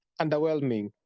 underwhelming